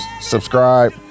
subscribe